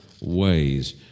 ways